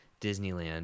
Disneyland